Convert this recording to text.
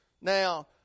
Now